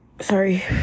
sorry